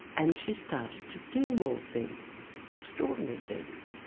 and she started to do more things, extraordinary things.